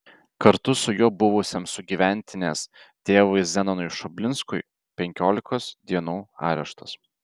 kartu su juo buvusiam sugyventinės tėvui zenonui šoblinskui penkiolikos dienų areštas